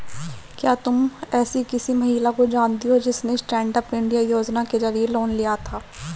क्या तुम एसी किसी महिला को जानती हो जिसने स्टैन्डअप इंडिया योजना के जरिए लोन लिया था?